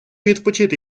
відпочити